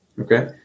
Okay